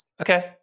Okay